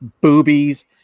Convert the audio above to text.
boobies